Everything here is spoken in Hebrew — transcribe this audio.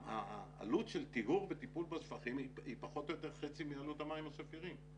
העלות של טיהור וטיפול בשפכים היא פחות או יותר חצי מעלות המים השפירים.